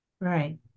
Right